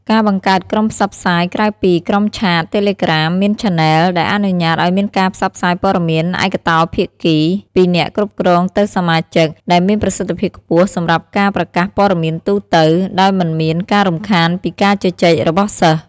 ការបង្កើតក្រុមផ្សព្វផ្សាយ ក្រៅពី ក្រុមឆាត, តេឡេក្រាម មាន ឆាណែល ដែលអនុញ្ញាតឲ្យមានការផ្សព្វផ្សាយព័ត៌មានឯកតោភាគី (ពីអ្នកគ្រប់គ្រងទៅសមាជិក) ដែលមានប្រសិទ្ធភាពខ្ពស់សម្រាប់ការប្រកាសព័ត៌មានទូទៅ ដោយមិនមានការរំខានពីការជជែករបស់សិស្ស។